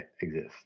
exist